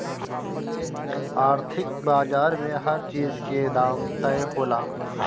आर्थिक बाजार में हर चीज के दाम तय होला